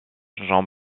jean